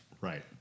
Right